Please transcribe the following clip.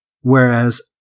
whereas